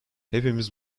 hepimiz